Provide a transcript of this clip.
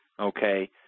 okay